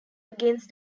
against